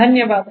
धन्यवाद